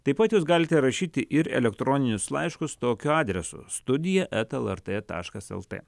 taip pat jūs galite rašyti ir elektroninius laiškus tokiu adresu studija eta lrt taškas lt